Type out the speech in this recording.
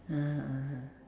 (uh huh) (uh huh)